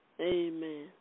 Amen